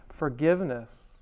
Forgiveness